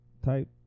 Type